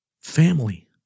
family